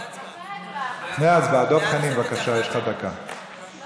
לפני ההצבעה, דב חנין, בבקשה, יש